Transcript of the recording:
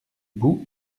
bou